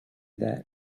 that